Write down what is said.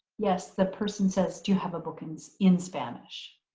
yes, the person says do you have a book in so in spanish?